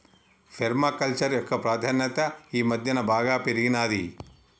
పేర్మ culture యొక్క ప్రాధాన్యత ఈ మధ్యన బాగా పెరిగినాది